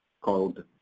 called